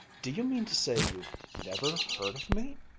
do you mean to say you've never heard of me?